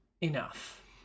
enough